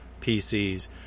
PCs